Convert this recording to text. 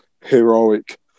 heroic